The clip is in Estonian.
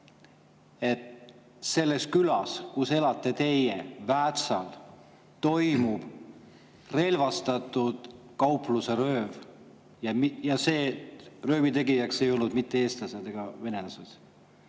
et selles külas, kus elate teie, Väätsal, toimus relvastatud kaupluserööv, ja röövi tegijad ei olnud mitte eestlased ega venelased?